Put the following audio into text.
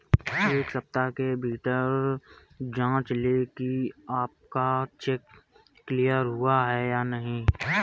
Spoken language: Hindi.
एक सप्ताह के भीतर जांच लें कि आपका चेक क्लियर हुआ है या नहीं